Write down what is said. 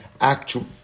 actual